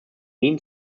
mean